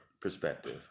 perspective